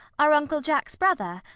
are uncle jack's brother,